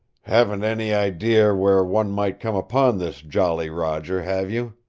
haven't any idea where one might come upon this jolly roger, have you?